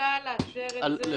הכנסת לא יכולה לאשר את זה.